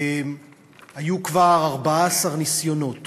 היו כבר 14 ניסיונות